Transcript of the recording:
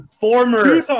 Former